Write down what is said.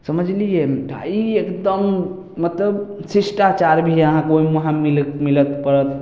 समझलियै आ ई एकदम मतलब शिष्टाचार भी अहाँके ओहिमे वहाँ मिल मिलत पड़त